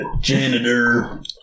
Janitor